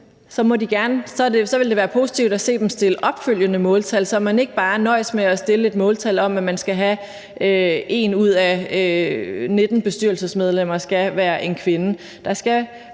vil det være positivt at se dem opstille opfølgende måltal, så man ikke bare nøjes med at opstille et måltal om, at 1 ud af 19 bestyrelsesmedlemmer skal være en kvinde.